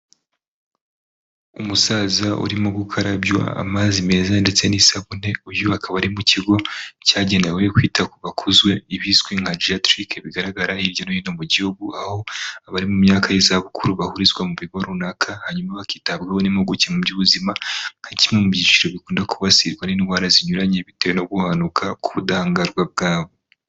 Umusaza urimo gukarabywa amazi meza ndetse n'isabune. Uyu akaba ari mu kigo cyagenewe kwita ku bakuze, ibizwi nka jetirike bigaragara hirya no hino mu gihugu, aho abari mu myaka y'izabukuru bahurizwa mu bigo runaka hanyuma bakitabwaho n'impuguke mu by'ubuzima, nka kimwe mu byiciro bikunda kwibasirwa n'indwara zinyuranye, bitera no guhanuka k'ubudahangarwa bwabo.